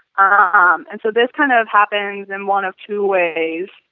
um and so this kind of happens in one of two ways,